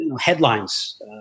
headlines